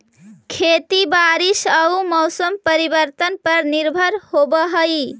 खेती बारिश आऊ मौसम परिवर्तन पर निर्भर होव हई